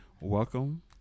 Welcome